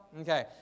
Okay